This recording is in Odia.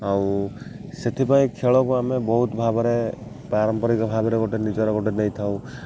ଆଉ ସେଥିପାଇଁ ଖେଳକୁ ଆମେ ବହୁତ ଭାବରେ ପାରମ୍ପରିକ ଭାବରେ ଗୋଟେ ନିଜର ଗୋଟେ ନେଇଥାଉ